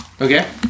Okay